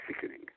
sickening